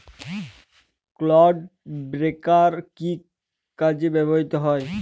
Clod breaker কি কাজে ব্যবহৃত হয়?